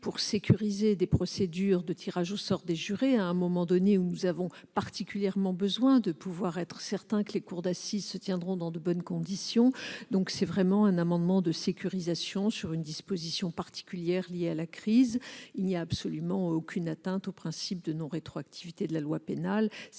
de sécuriser des procédures de tirage au sort des jurés, au moment où nous avons particulièrement besoin de pouvoir être certains que les sessions des cours d'assises se tiendront dans de bonnes conditions. C'est vraiment une question de sécurisation juridique liée au contexte particulier de crise. Il n'y a absolument aucune atteinte au principe de non-rétroactivité de la loi pénale.